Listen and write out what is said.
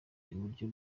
uburyo